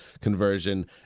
conversion